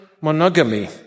monogamy